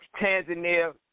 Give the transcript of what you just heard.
Tanzania